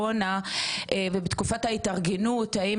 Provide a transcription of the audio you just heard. האם הם יודעים מתי כן מנכים להם,